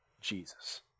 Jesus